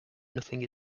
nothing